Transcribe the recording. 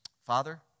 Father